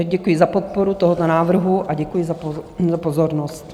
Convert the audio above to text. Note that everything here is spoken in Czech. Děkuji za podporu tohoto návrhu a děkuji za pozornost.